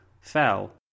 fell